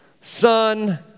son